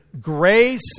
Grace